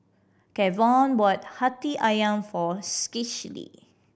Kevon bought Hati Ayam for Schley